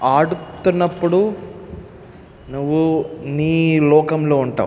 ఆడుతున్నప్పుడు నువ్వు నీ లోకంలో ఉంటావు